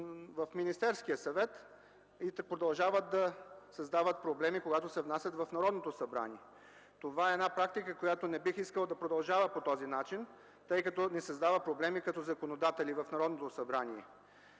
в Министерския съвет. Те продължават да създават проблеми, когато се внасят в Народното събрание. Това е практика, която не бих искал да продължава по този начин, тъй като ни създава проблеми като законодатели в Народното събрание.